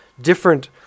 different